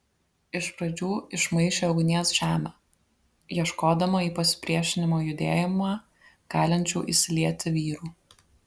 iš pradžių išmaišė ugnies žemę ieškodama į pasipriešinimo judėjimą galinčių įsilieti vyrų